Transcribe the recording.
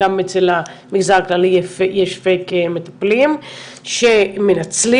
גם אצל המגזר הכללי יש 'פייק מטפלים' שמנצלים,